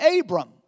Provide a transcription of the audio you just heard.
Abram